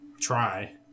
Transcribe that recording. try